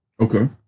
Okay